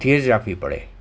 ધીરજ રાખવી પડે